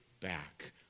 back